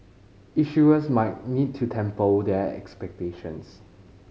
issuers might need to temper their expectations